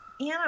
Anna